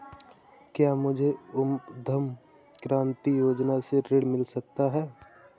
क्या मुझे उद्यम क्रांति योजना से ऋण मिल सकता है?